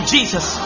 Jesus